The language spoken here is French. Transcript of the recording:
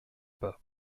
pas